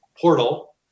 portal